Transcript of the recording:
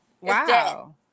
wow